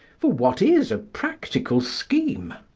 for what is a practical scheme?